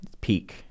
peak